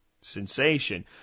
sensation